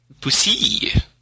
Pussy